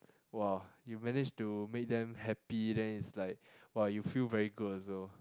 !wow! you manage to make them happy then is like !wow! you feel very good so